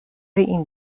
این